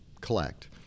collect